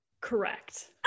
Correct